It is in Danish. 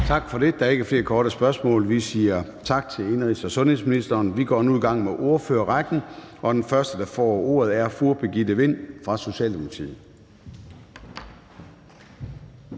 Tak for det. Der er ikke flere korte bemærkninger. Vi siger tak til indenrigs- og sundhedsministeren. Vi går nu i gang med ordførerrækken, og den første, der får ordet, er fru Birgitte Vind fra Socialdemokratiet.